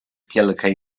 kelkaj